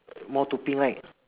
more to pink right